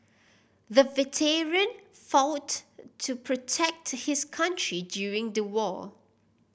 the veteran fought to protect his country during the war